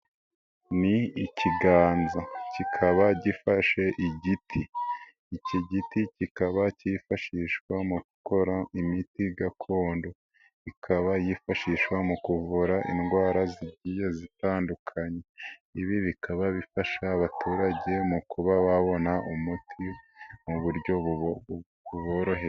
Ni ikiganza, kikaba gifashe igiti. Iki giti kikaba cyifashishwa mu gukora imiti gakondo, ikaba yifashishwa mu kuvura indwara zitandukanye. Ibi bikaba bifasha abaturage mu kuba babona umuti mu buryoboroheye.